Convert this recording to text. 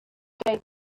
gave